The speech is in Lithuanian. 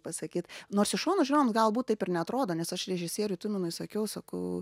pasakyt nors iš šono žiūrovams galbūt taip ir neatrodo nes aš režisieriui tuminui sakiau sakau